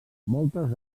moltes